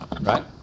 Right